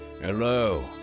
Hello